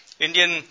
Indian